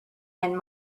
and